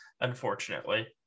unfortunately